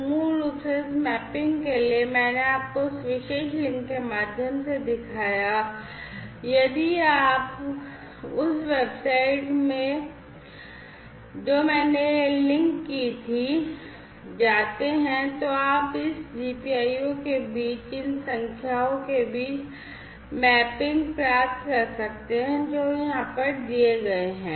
तो मूल रूप से इस मैपिंग के लिए मैंने आपको उस विशेष लिंक के माध्यम से दिखाया था यदि आपको उस वेबसाइट में याद है जो मैंने लिंक की थी तो आप इस GPIO के बीच इन संख्याओं के बीच मैपिंग प्राप्त कर सकते हैं जो यहाँ पर दिए गए हैं